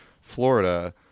Florida